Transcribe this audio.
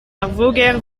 voger